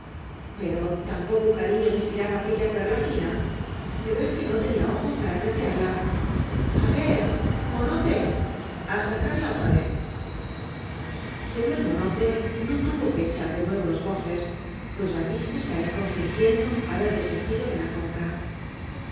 tan poco cariño le inspiraba aquella perla fina pero es que no tenía ojos para apreciarla a ver monote á sacarla otra vez pero el monote no tuvo que echar de nue vo los bofes pues batiste se alejó fingiendo haber desistido de la compra